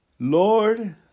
Lord